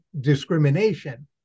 discrimination